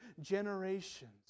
generations